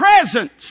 presence